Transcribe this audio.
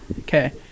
Okay